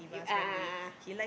you a'ah a'ah